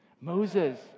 Moses